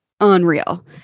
unreal